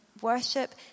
worship